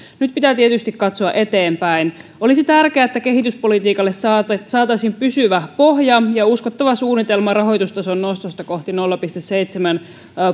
nyt pitää tietysti katsoa eteenpäin olisi tärkeää että kehityspolitiikalle saataisiin saataisiin pysyvä pohja ja uskottava suunnitelma rahoitustason nostosta kohti nolla pilkku seitsemän